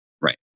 Right